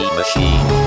machine